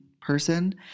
person